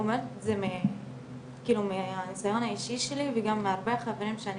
אומרת זה מהניסיון האישי שלי וגם הרבה חברים שאני